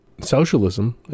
socialism